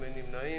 מי נמנע?